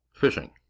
fishing